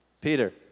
Peter